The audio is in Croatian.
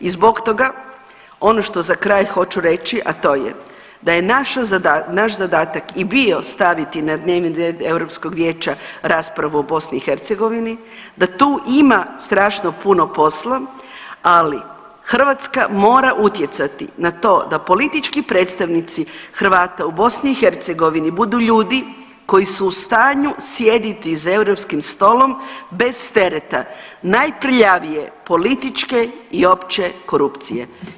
I zbog toga ono što za kraj hoću reći, a to je da je naš zadatak i bio staviti na dnevni red Europskog vijeća raspravu o BiH, da tu ima strašno puno posla, ali Hrvatska mora utjecati na to da politički predstavnici Hrvata u BiH budu ljudi koji su u stanju sjediti za europskim stolom bez tereta najprljavije političke i opće korupcije.